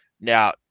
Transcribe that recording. Now